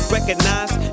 Recognize